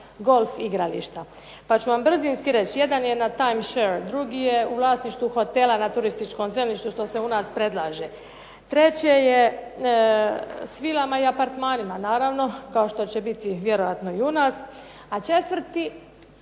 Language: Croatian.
golf igrališta pa ću vam brzinski reći. Jedan je na Time share, drugi je u vlasništvu hotela na turističkom zemljištu što se u nas predlaže, treće je s vilama i apartmanima naravno, kao što će biti vjerojatno i u nas, a četvrti,